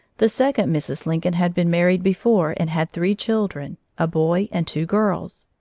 the second mrs. lincoln had been married before and had three children, a boy and two girls.